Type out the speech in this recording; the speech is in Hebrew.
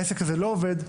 העסק הזה לא עובד,